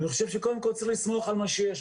אני חושב שקודם כל צריך לסמוך על מה שיש.